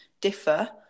differ